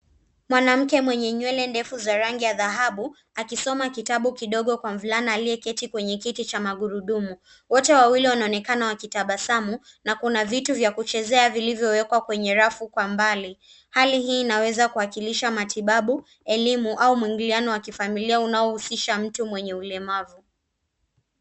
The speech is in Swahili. Mwanamke mwenye nywele ndefu za dhahabu akisoma kitabu kidogo kwa mvulana aliyeketi kwenye kiti cha magurudmu. Wote wawili wanaonekana wakitabasamu na kuna vitu vya kuchezea vilivyowekwa kwenye rafu kwa mbali. Hali hii inaweza kuwakilisha matibabu, elimu au mwingiliano wa kifamilia unaohusisha mtu mwenye ulemavu.